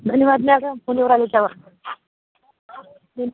धन्यवाद madam phone येऊ